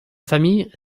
famille